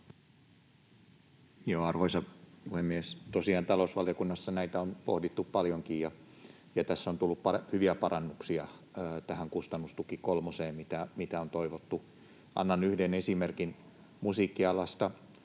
Arvoisa puhemies! Tosiaan talousvaliokunnassa näitä on pohdittu paljonkin, ja tässä on tullut tähän kustannustuki kolmoseen hyviä parannuksia, mitä on toivottu. Annan yhden esimerkin musiikkialasta.